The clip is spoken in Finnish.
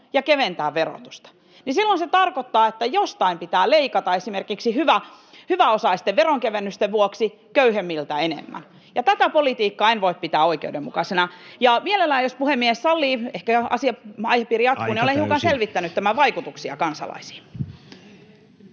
ja keventää verotusta, niin silloin se tarkoittaa, että jostain pitää leikata, esimerkiksi hyväosaisten veronkevennysten vuoksi köyhemmiltä enemmän, ja tätä politiikkaa en voi pitää oikeudenmukaisena. Ja jos puhemies sallii, että tämä aihepiiri jatkuu, [Puhemies: Aika täysi!] niin mielelläni kertoisin,